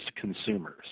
consumers